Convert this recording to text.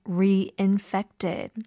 reinfected